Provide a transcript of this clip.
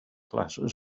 glasses